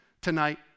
tonight